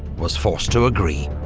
was forced to agree.